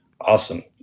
Awesome